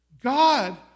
God